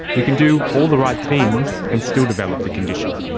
you can do all the right things and still develop the condition.